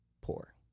poor